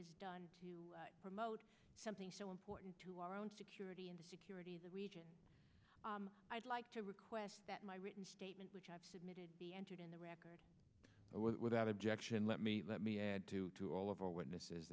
has done promote something so important to our own security and the security of the region i'd like to request that my written statement which i've submitted be entered in the record without objection let me let me add to to all of our witnesses